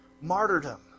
martyrdom